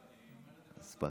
הספקנו.